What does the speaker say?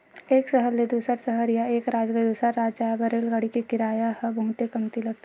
एक सहर ले दूसर सहर या एक राज ले दूसर राज जाए बर रेलगाड़ी के किराया ह बहुते कमती लगथे